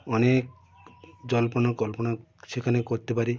অনেক জল্পনা কল্পনা সেখানে করতে পারি